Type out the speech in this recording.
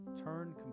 turn